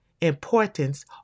importance